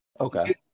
Okay